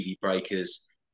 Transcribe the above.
Breakers